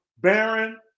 Baron